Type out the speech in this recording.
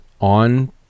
on